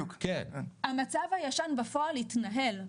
המצב הישן בפועל התנהל,